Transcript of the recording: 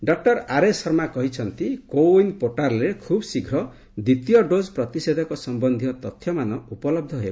doctor R S Sharma କହିଛନ୍ତି CoWIN ପୋର୍ଟାଲ୍ରେ ଖୁବ୍ ଶୀଘ୍ର ଦ୍ୱିତୀୟ ଡୋକ୍ ପ୍ରତିଷେଧକ ସମ୍ଭନ୍ଧୀୟ ତଥ୍ୟମାନ ଉପଲହ୍ଧ ହେବ